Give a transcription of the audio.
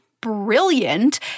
brilliant